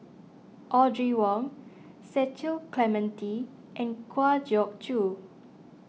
Audrey Wong Cecil Clementi and Kwa Geok Choo